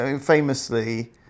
Famously